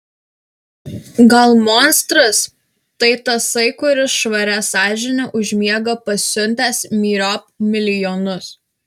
gal monstras tai tasai kuris švaria sąžine užmiega pasiuntęs myriop milijonus